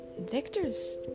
Victor's